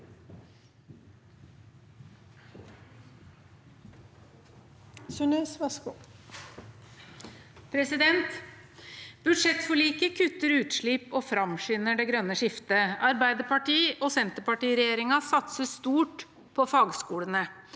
Budsjettforliket kutter utslipp og framskynder det grønne skiftet. Arbeiderparti–Senterparti-regjeringen satser stort på fagskolene,